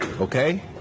okay